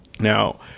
Now